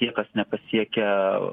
tie kas nepasiekia